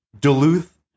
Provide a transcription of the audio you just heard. Duluth